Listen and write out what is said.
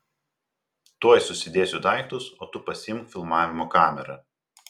tuoj susidėsiu daiktus o tu pasiimk filmavimo kamerą